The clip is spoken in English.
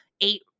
eight